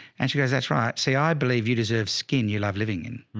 and she goes, that's right. see, i believe you deserve skin. you love living in.